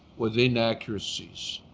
with inaccuracies.